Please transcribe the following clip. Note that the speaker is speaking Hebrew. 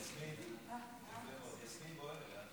אדוני היושב בראש,